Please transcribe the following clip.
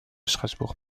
strasbourg